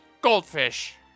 Goldfish